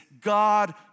God